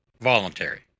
voluntary